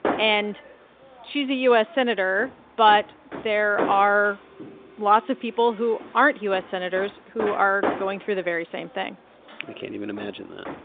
and she's a u s. senator, but there are lots of people who aren't u s. senators who are going through the very same thing i and can't even imagine that.